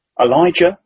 Elijah